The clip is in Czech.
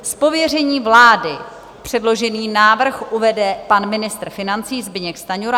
Z pověření vlády předložený návrh uvede pan ministr financí Zbyněk Stanjura.